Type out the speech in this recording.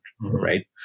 right